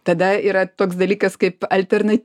tada yra toks dalykas kaip alterna